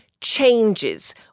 changes